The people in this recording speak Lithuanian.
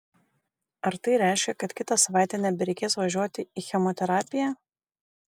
ar tai reiškia kad kitą savaitę nebereikės važiuoti į chemoterapiją